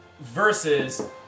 versus